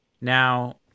Now